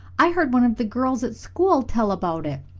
i heard one of the girls at school tell about it.